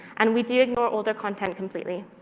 and we do ignore older content completely.